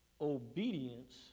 obedience